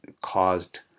caused